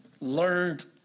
learned